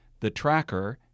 thetracker